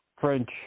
French